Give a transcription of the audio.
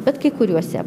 bet kai kuriuose